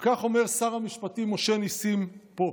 וכך אומר שר המשפטים משה נסים פה: